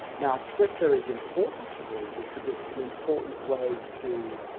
now twitter is important to me, because it's an important way to.